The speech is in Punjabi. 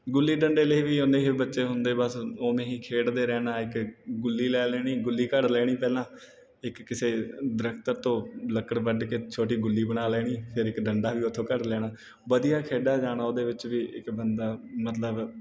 ਗੁੱਲੀ ਡੰਡੇ ਲਈ ਵੀ ਉੰਨੇ ਹੀ ਬੱਚੇ ਹੁੰਦੇ ਬਸ ਓਵੇਂ ਹੀ ਖੇਡਦੇ ਰਹਿਣਾ ਇੱਕ ਗੁੱਲੀ ਲੈ ਲੈਣੀ ਗੁੱਲੀ ਘੜ ਲੈਣੀ ਪਹਿਲਾਂ ਇੱਕ ਕਿਸੇ ਦਰੱਖਤ ਤੋਂ ਲੱਕੜ ਵੱਡ ਕੇ ਛੋਟੀ ਗੁੱਲੀ ਬਣਾ ਲੈਣੀ ਫਿਰ ਇੱਕ ਡੰਡਾ ਵੀ ਉੱਥੋਂ ਘੜ ਲੈਣਾ ਵਧੀਆ ਖੇਡਿਆ ਜਾਣਾ ਉਹਦੇ ਵਿੱਚ ਵੀ ਇੱਕ ਬੰਦਾ ਮਤਲਬ